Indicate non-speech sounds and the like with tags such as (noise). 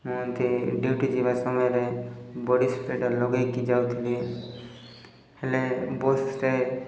(unintelligible) duty ଯିବା ସମୟରେ body ସ୍ପ୍ରେଟା ଲଗାଇକି ଯାଉଥିଲି ହେଲେ ବସ୍ରେ